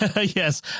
yes